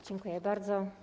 Dziękuję bardzo.